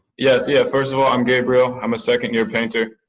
yes. yeah. first of all, i'm gabriel. i'm a second year-painter.